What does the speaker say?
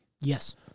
Yes